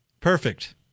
perfect